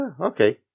okay